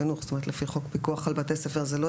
לפי חוק פיקוח על בתי הספר זו סמכות של מנכ״ל משרד החינוך.